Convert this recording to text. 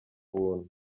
ubuntu